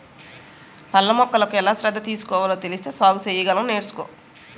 పళ్ళ మొక్కలకు ఎలా శ్రద్ధ తీసుకోవాలో తెలిస్తే సాగు సెయ్యగలం నేర్చుకో